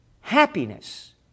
happiness